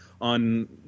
on